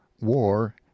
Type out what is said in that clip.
War